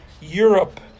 Europe